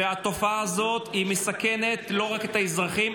והתופעה הזאת מסכנת לא רק את האזרחים,